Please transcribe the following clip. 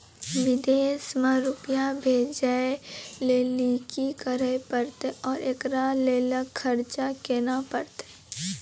विदेश मे रुपिया भेजैय लेल कि करे परतै और एकरा लेल खर्च केना परतै?